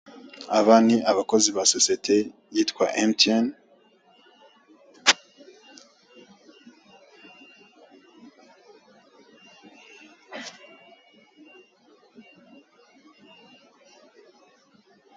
Aba ni abakozi ba sosiyete yitwa emutiyene.